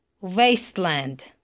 wasteland